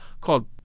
called